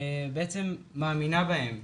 ובעצם מאמינה בהם,